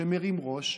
שמרים ראש,